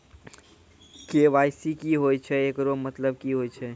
KYC की होय छै, एकरो मतलब की होय छै?